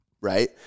right